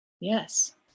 Yes